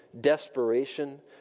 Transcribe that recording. desperation